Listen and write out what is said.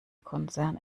konzern